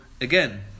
again